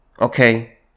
Okay